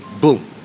boom